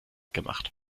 gemacht